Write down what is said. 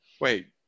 wait